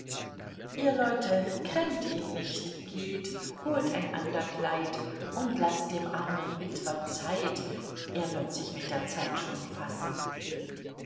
ihr leute kränkt ihn nicht geht holt ein ander kleid und laßt dem armen witwer zeit er wird sich mit der zeit schon fassen